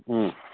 ও